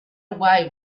away